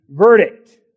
verdict